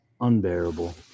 unbearable